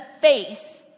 face